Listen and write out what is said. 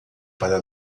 para